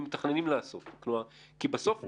האם מתכננים לעשות כי בסוף יודעים.